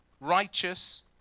righteous